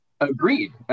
Agreed